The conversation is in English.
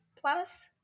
plus